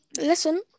listen